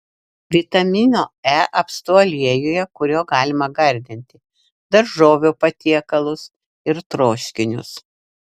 vitamino e apstu aliejuje kuriuo galima gardinti daržovių patiekalus ir troškinius